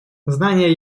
знания